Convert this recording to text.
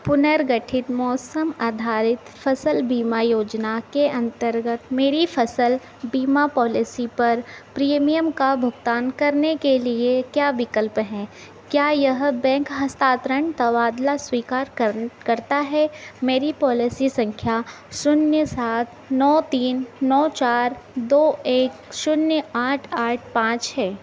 पुनर्गठित मौसम आधारित फसल बीमा योजना के अंतर्गत मेरी फसल बीमा पॉलिसी पर प्रीमियम का भुगतान करने के लिए क्या विकल्प है क्या यह बैंक हस्तातरण तबादला स्वीकार कर करता है मेरी पॉलिसी संख्या शून्य सात नौ तीन नौ चार दो एक शून्य आठ आठ पाँच है